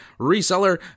reseller